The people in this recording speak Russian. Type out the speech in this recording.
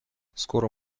скоро